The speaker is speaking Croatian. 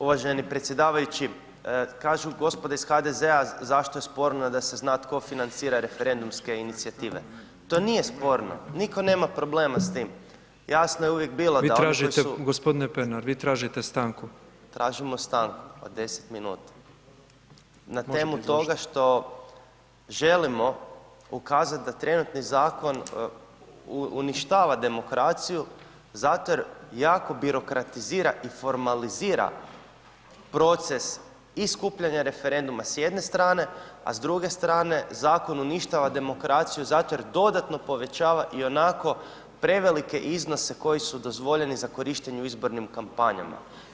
Uvaženi predsjedavajući, kažu gospoda iz HDZ-a zašto je sporno da se zna tko financira referendumske inicijative, to nije sporno, nitko nema problema s tim, jasno je uvijek bilo [[Upadica: Vi tražite g. Pernar, vi tražite stanku]] Mi tražimo stanku od 10 minuta na temu toga što želimo ukazati da trenutni zakon uništava demokraciju zato jer jako birokratizira i formalizira proces i skupljanja referenduma s jedne strane a s druge strane zakon uništava demokraciju zato jer dodatno povećava ionako prevelike iznose koji su dozvoljeni za korištenje u izbornim kampanjama.